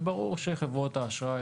וברור שחברות האשראי,